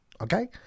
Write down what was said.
okay